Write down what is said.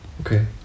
Okay